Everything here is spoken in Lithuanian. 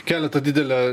kelia tą didelę